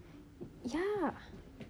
ya